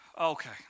Okay